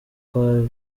kwa